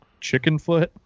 Chickenfoot